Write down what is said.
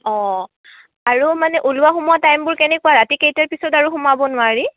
অঁ আৰু মানে ওলোৱা সোমোৱা টাইমবোৰ কেনেকুৱা ৰাতি কেইটাৰ পিছত আৰু সোমাব নোৱাৰি